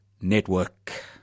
Network